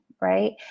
right